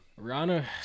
Rihanna